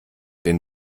den